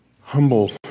Humble